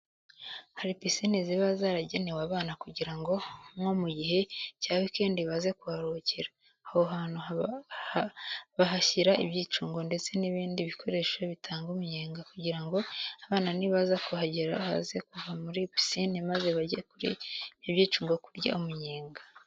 Hari pisine ziba zaragenewe abana kugira ngo nko mu gihe cya weekend baze kuharuhukira. Aho hantu bahashyira ibyicungo ndetse n'ibindi bikoresho bitanga umenyenga kugira ngo abana nibaza kuhagera baze kuva muri pisine maze bajye kuri ibyo byicungo kurya umunyenga.